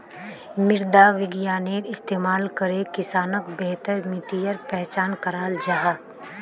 मृदा विग्यानेर इस्तेमाल करे किसानोक बेहतर मित्तिर पहचान कराल जाहा